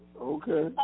Okay